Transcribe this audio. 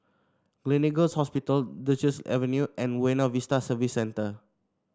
Gleneagles Hospital Duchess Avenue and Buona Vista Service Centre